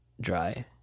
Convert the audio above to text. dry